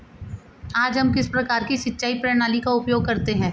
आज हम किस प्रकार की सिंचाई प्रणाली का उपयोग करते हैं?